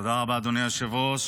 תודה רבה, אדוני היושב-ראש.